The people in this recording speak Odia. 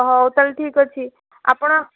ହଉ ତା'ହେଲେ ଠିକ୍ ଅଛି ଆପଣ